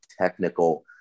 technical